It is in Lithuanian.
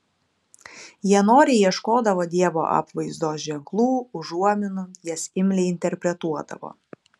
jie noriai ieškodavo dievo apvaizdos ženklų užuominų jas imliai interpretuodavo